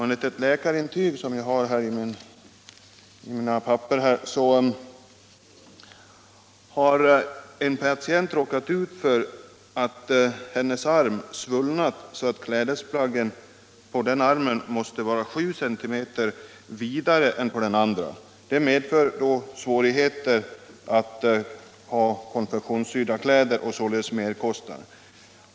Enligt det läkarintyg som jag har här i min hand har en patients ena arm svullnat så mycket att klädesplaggen på den armen måste vara 7 cm vidare än på den andra. Detta medför svårigheter att använda konfektionskläder, vilket naturligtvis leder till fördyrade klädkostnader.